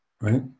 Right